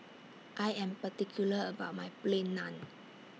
I Am particular about My Plain Naan